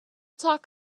talk